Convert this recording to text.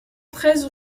treize